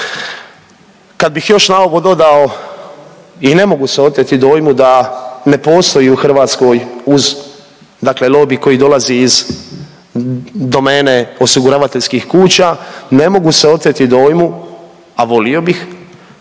kad bih još na ovo dodao i ne mogu se oteti dojmu da ne postoji u Hrvatskoj uz dakle lobi koji dolazi iz domene osiguravateljskih kuća, ne mogu se oteti dojmu, a volio bih